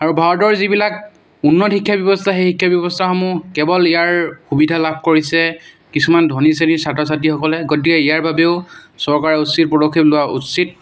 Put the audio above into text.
আৰু ভাৰতৰ যিবিলাক উন্নত শিক্ষা ব্যৱস্থা সেই শিক্ষা ব্যৱস্থাসমূহ কেৱল ইয়াৰ সুবিধা লাভ কৰিছে কিছুমান ধনী শ্ৰেণীৰ ছাত্ৰ ছাত্ৰীসকলে গতিকে ইয়াৰ বাবেও চৰকাৰে উচিত পদক্ষেপ লোৱা উচিত